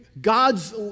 God's